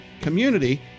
community